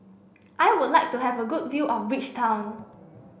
I would like to have a good view of Bridgetown